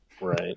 Right